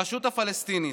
הרשות הפלסטינית,